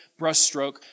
brushstroke